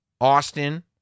Austin